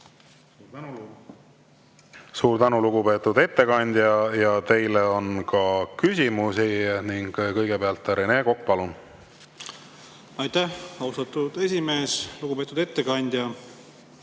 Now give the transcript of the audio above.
Suur tänu, lugupeetud ettekandja! Teile on ka küsimusi. Kõigepealt Rene Kokk, palun! Aitäh, austatud esimees! Lugupeetud ettekandja!